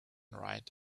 right